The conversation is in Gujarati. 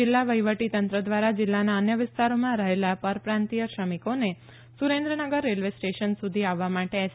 જિલ્લા વહીવટીતંત્ર દ્વારા જિલ્લાના અન્ય વિસ્તારોમાં રહેલા પરપ્રાંતિથ શ્રમિકોને સુરેન્દ્રનગર રેલવે સ્ટેશન સુધી આવવા માટે એસ